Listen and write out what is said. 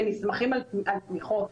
ונסמכים על תמיכות.